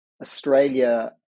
Australia